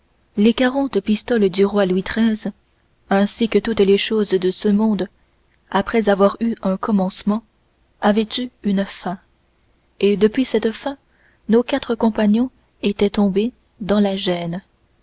les quarante pistoles du roi louis xiii ainsi que toutes les choses de ce monde après avoir eu un commencement avaient eu une fin et depuis cette fin nos quatre compagnons étaient tombés dans la gêne